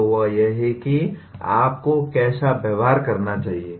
तो वह यह है कि आपको कैसा व्यवहार करना चाहिए